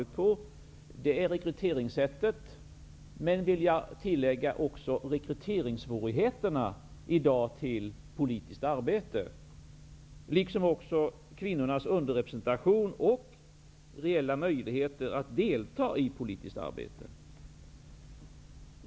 Det gällde rekryteringssättet, men också, det vill jag tillägga, svårigheterna i dag att rekrytera människor till politiskt arbete. Det gällde även kvinnornas underrepresentation och reella möjligheter att delta i politiskt arbete.